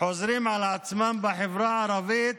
חוזרים על עצמם בחברה הערבית,